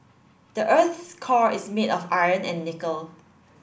the earth's core is made of iron and nickel